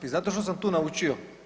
I znate što sam tu naučio?